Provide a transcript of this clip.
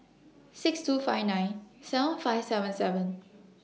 six two five nine seven five seven seven